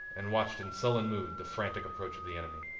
and watched in sullen mood the frantic approach of the enemy.